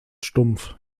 stumpf